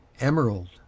emerald